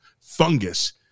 fungus